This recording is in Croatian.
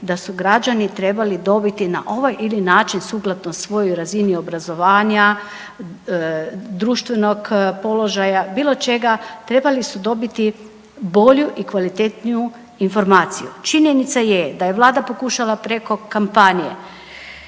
da su građani trebali dobiti na ovaj ili onaj način suglasnost svojoj razini obrazovanja, društvenog položaja, bilo čega trebali su dobiti bolju i kvalitetniju informaciju. Činjenica je da je Vlada pokušala preko kampanje